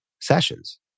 sessions